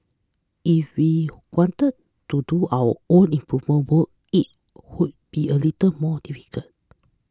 if we wanted to do our own improvement works it would be a little more difficult